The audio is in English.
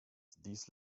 these